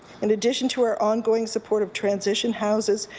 in addition to our ongoing supportive transition houses,